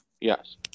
Yes